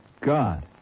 God